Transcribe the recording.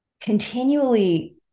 continually